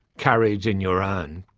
courage in your own.